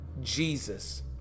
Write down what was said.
Jesus